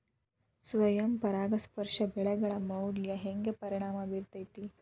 ಸ್ವಯಂ ಪರಾಗಸ್ಪರ್ಶ ಬೆಳೆಗಳ ಮ್ಯಾಲ ಹ್ಯಾಂಗ ಪರಿಣಾಮ ಬಿರ್ತೈತ್ರಿ?